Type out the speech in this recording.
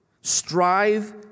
Strive